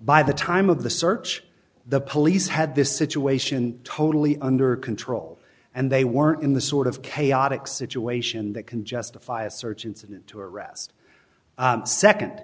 by the time of the search the police had this situation totally under control and they weren't in the sort of chaotic situation that can justify a search incident to arrest second